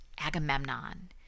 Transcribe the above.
Agamemnon